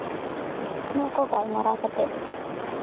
ᱱᱚᱣᱟ ᱠᱚ ᱜᱟᱞᱢᱟᱨᱟᱣ ᱠᱟᱛᱮ